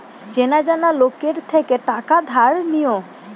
চেনা জানা লোকের থেকে টাকা ধার নিও